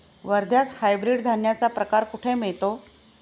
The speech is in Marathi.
वर्ध्यात हायब्रिड धान्याचा प्रकार कुठे मिळतो?